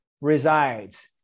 resides